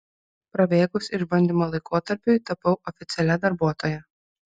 prabėgus išbandymo laikotarpiui tapau oficialia darbuotoja